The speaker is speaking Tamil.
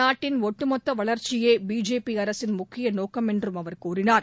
நாட்டின் ஒட்டுமொத்த வளர்ச்சியே பிஜேபி அரசின் முக்கிய நோக்கம் என்றும் அவர் கூறினார்